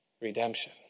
redemption